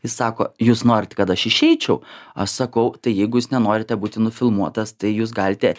jis sako jūs norit kad aš išeičiau aš sakau jeigu jūs nenorite būti nufilmuotas tai jūs galite